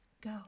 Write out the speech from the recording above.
go